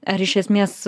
ar iš esmės